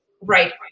right